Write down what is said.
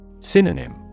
Synonym